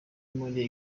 muri